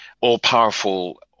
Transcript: all-powerful